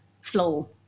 flow